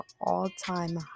all-time